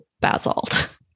basalt